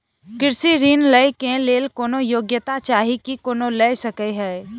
कृषि ऋण लय केँ लेल कोनों योग्यता चाहि की कोनो लय सकै है?